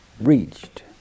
reached